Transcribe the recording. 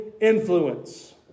influence